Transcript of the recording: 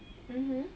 mmhmm